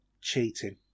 cheating